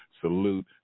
Salute